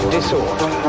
disorder